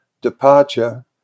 departure